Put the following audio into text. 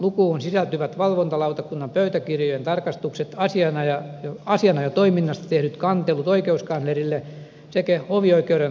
lukuun sisältyvät valvontalautakunnan pöytäkirjojen tarkastukset asianajotoiminnasta tehdyt kantelut oikeuskanslerille sekä hovioikeuden lausuntopyynnöt